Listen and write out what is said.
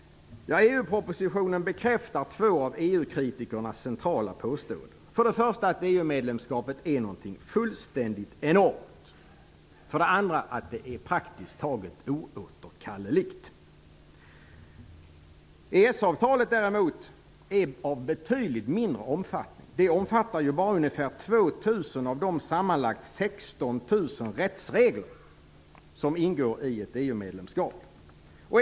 EU-propositionen bekräftar två av EU-kritikernas centrala påståenden. För det första bekräftas att EU medlemskapet är någonting fullständigt enormt, och för det andra att det är praktiskt taget oåterkalleligt. EES-avtalet, däremot, är av betydligt mindre omfattning. Det omfattar bara ungefär 2 000 av de sammanlagt 16 000 rättsregler som ingår i ett EU medlemskap.